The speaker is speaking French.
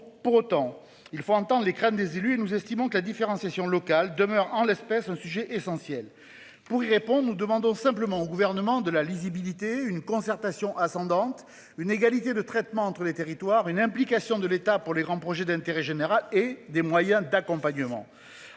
pour autant il faut entendre les craintes des élus et nous estimons que la différenciation locale demeure en l'espèce un sujet essentiel pour répondent nous demandons simplement au gouvernement de la lisibilité une concertation ascendante une égalité de traitement entre les territoires une implication de l'État pour les grands projets d'intérêt général et des moyens d'accompagnement.